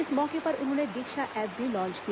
इस मौके पर उन्होंने दीक्षा ऐप भी लॉन्च किया